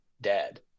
dead